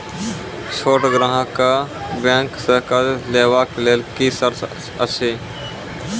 छोट ग्राहक कअ बैंक सऽ कर्ज लेवाक लेल की सर्त अछि?